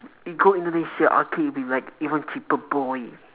you go indonesia arcade it'll be like even cheaper boy